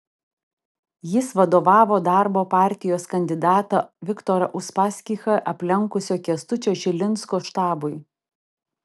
jis vadovavo darbo partijos kandidatą viktorą uspaskichą aplenkusio kęstučio čilinsko štabui